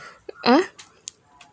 ah